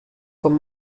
con